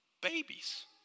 babies